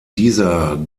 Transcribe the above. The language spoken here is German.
dieser